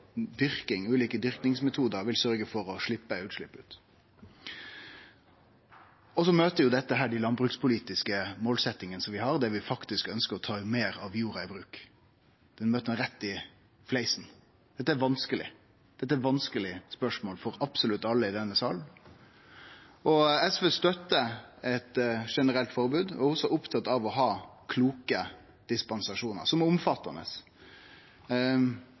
ulike dyrkingsmetodar vil føre til utslipp. Dette møter dei landbrukspolitiske målsetjingane vi har, der vi faktisk ønskjer å ta meir av jorda i bruk. Det møter ein rett i fleisen. Dette er vanskeleg. Dette er vanskelege spørsmål for absolutt alle i denne salen. SV støttar eit generelt forbod og er også opptatt av å ha kloke, omfattande dispensasjonar. Ein ting er